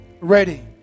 ready